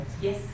Yes